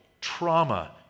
trauma